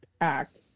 Act